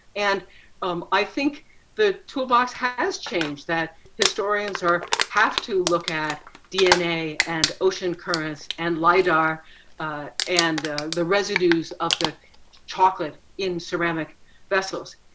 and um i think the toolbox has changed that historians are, have to look at dna and ocean currents and lidar and the residues of the chocolate in ceramic vessels.